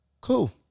cool